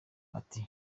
ati